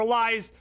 lies